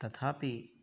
तथापि